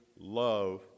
love